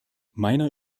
meiner